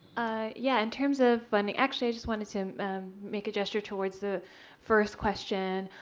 yeah, in terms of funding. actually, i just wanted to make a gesture towards the first question.